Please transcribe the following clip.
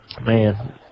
Man